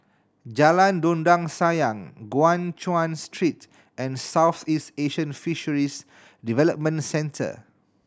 Jalan Dondang Sayang Guan Chuan Street and Southeast Asian Fisheries Development Centre